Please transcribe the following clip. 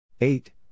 Eight